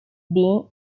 being